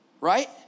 right